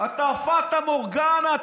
אתה פטה מורגנה.